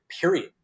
Period